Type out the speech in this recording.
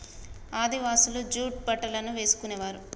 ఆదివాసులు జూట్ బట్టలను వేసుకునేవారు